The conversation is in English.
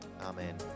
Amen